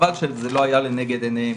חבל שזה לא היה לנגד עיניהם,